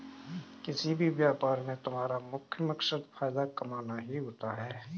किसी भी व्यापार में तुम्हारा मुख्य मकसद फायदा कमाना ही होता है